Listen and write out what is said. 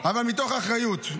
אבל מתוך אחריות.